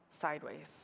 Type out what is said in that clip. sideways